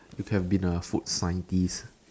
you could have been a food scientist